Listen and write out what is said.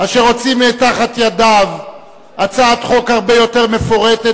אשר הוציא מתחת ידיו הצעת חוק הרבה יותר מפורטת,